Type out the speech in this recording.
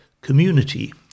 community